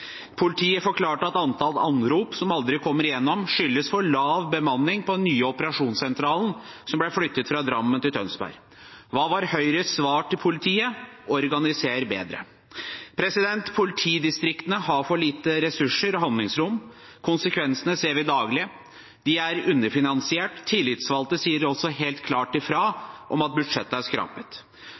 Politiet forklarte at antall anrop som aldri kommer igjennom, skyldes for lav bemanning på den nye operasjonssentralen som ble flyttet fra Drammen til Tønsberg. Hva var Høyres svar til politiet? Organiser bedre. Politidistriktene har for lite ressurser og handlingsrom. Konsekvensene ser vi daglig. De er underfinansiert. Tillitsvalgte sier også helt klart fra om at budsjettet er skrapet.